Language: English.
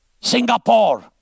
Singapore